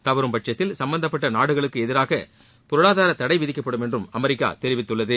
தவறும்பட்சத்தில் சும்பந்தப்பட்ட நாடுகளுக்கு எதிராக பொருளாதார தடை விதிக்கப்படும் என்றும் அமெரிக்கா தெரிவித்துள்ளது